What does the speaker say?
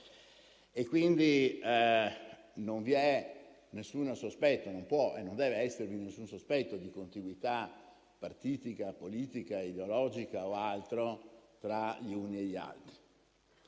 può e non deve esservi alcun sospetto di contiguità partitica, politica, ideologica o altro tra gli uni e gli altri.